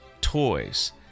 toys